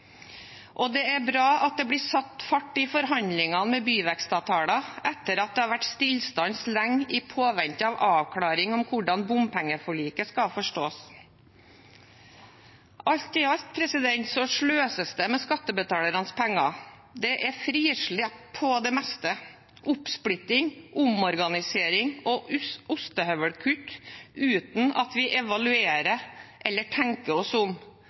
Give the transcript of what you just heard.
Og det er bra at det blir satt fart i forhandlingene om byvekstavtaler etter at det har vært stillstand lenge i påvente av avklaring om hvordan bompengeforliket skal forstås. Alt i alt sløses det med skattebetalernes penger. Det er frislepp på det meste, oppsplitting, omorganisering og ostehøvelkutt – uten at vi evaluerer eller tenker oss om.